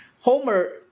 Homer